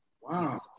Wow